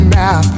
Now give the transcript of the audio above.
now